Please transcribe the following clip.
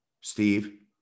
Steve